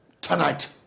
Tonight